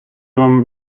вам